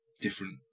different